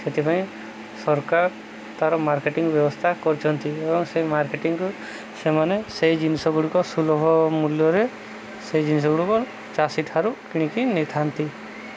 ସେଥିପାଇଁ ସରକାର ତାର ମାର୍କେଟିଂ ବ୍ୟବସ୍ଥା କରିଛନ୍ତି ଏବଂ ସେଇ ମାର୍କେଟିଂକୁ ସେମାନେ ସେଇ ଜିନିଷ ଗୁଡ଼ିକ ସୁଲଭ ମୂଲ୍ୟରେ ସେଇ ଜିନିଷ ଗୁଡ଼ିକ ଚାଷୀ ଠାରୁ କିଣିକି ନେଇଥାନ୍ତି